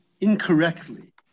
incorrectly